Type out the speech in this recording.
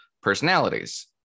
personalities